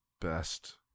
best